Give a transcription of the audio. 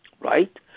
right